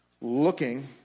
looking